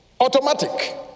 Automatic